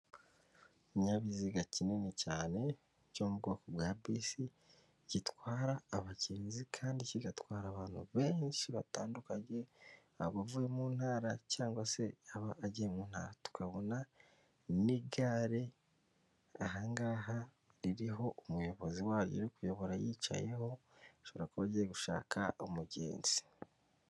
Ikinyabiziga kinini cyane cyo mu bwoko bwa bisi, gitwara abagenzi kandi kigatwara abantu benshi batandukanye, abavuye mu ntara cyangwa se abagiye mu ntara, tukabona n'igare aha ngaha, ririho umuyobozi waryo uri kuyobora yicayeho, ashobora kuba agiye gushaka umugenzi.